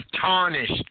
tarnished